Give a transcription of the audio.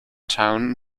town